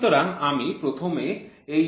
সুতরাং আমি প্রথমে এই চিত্রটি আঁকার চেষ্টা করব